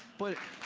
but